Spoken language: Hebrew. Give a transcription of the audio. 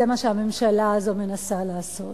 וזה מה שהממשלה הזאת מנסה לעשות.